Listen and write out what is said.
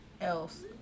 else